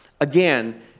Again